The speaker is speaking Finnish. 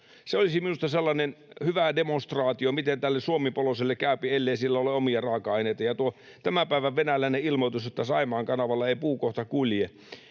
Se olisi minusta sellainen hyvä demonstraatio, miten tälle Suomi-poloiselle käypi, ellei sillä ole omia raaka-aineita. Tuo tämän päivän venäläinen ilmoitus, että Saimaan kanavalla ei puu kohta kulje,